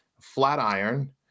flatiron